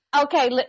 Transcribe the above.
Okay